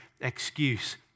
excuse